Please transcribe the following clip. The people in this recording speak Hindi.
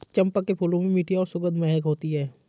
चंपा के फूलों में मीठी और सुखद महक होती है